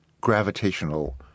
gravitational